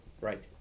right